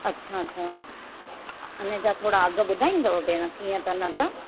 अच्छा अच्छा हिनजा थोरा अघु ॿुधाईंदव भेण कीअं अथनि अघु